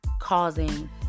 causing